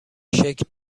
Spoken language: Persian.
شکل